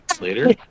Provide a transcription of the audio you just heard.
Later